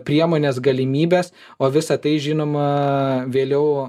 priemones galimybes o visa tai žinoma vėliau